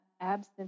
absence